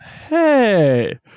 Hey